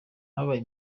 yabaye